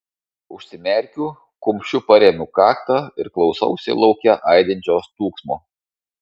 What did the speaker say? užsimerkiu kumščiu paremiu kaktą ir klausausi lauke aidinčio stūgsmo